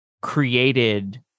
created